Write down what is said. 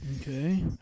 Okay